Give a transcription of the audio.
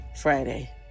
friday